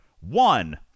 one